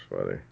funny